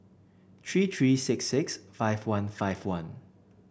three three six six five one five one